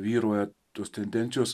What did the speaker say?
vyrauja tos tendencijos